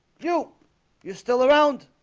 you you're still around